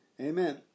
Amen